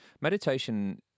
meditation